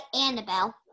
Annabelle